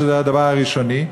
שזה הדבר הראשוני,